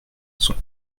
sont